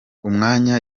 umwanya